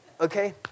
Okay